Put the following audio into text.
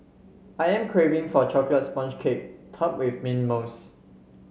I am craving for a chocolate sponge cake topped with mint mousse